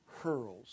hurls